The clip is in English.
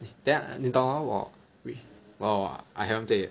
等一下你懂 hor 我 wait !wah! !wah! !wah! I haven't play yet